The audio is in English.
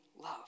love